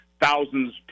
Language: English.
thousands